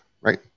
right